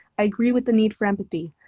i agree with the need for empathy.